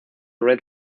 red